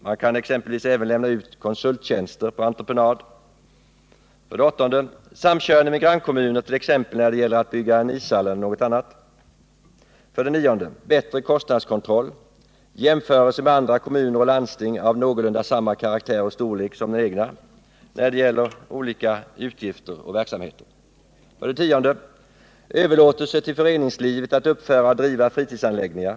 Man kan exempelvis även lämna ut konsulttjänster på entreprenad. 8. Samkörning med grannkommuner t.ex. när det gäller att bygga en ishall. ting av någorlunda samma karaktär och storlek som den egna när det gäller. Nr 56 olika utgifter och verksamheter. Fredagen den 10. Överlåtelse till föreningslivet att uppföra och driva fritidsanläggningar.